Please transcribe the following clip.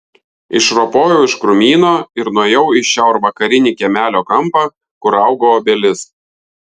išropojau iš krūmyno ir nuėjau į šiaurvakarinį kiemelio kampą kur augo obelis